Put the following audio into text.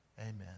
amen